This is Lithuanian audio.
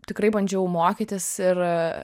tikrai bandžiau mokytis ir